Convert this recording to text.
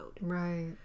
Right